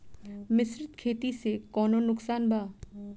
मिश्रित खेती से कौनो नुकसान वा?